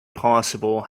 possible